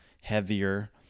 heavier